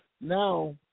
now